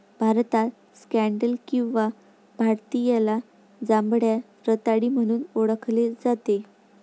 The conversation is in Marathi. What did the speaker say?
भारतात स्कँडल किंवा भारतीयाला जांभळ्या रताळी म्हणून ओळखले जाते